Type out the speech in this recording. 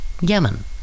Yemen